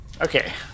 Okay